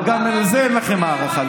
אבל גם לזה אין לכם הערכה.